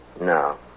No